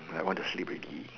I want to sleep already